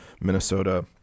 Minnesota